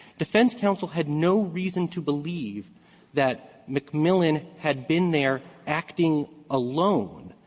defense counsel had no reason to believe that mcmillan had been there acting alone,